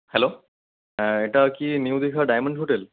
hello হ্যাঁ এটা কি নিউ দীঘা ডায়মন্ড হোটেল